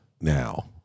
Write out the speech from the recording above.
Now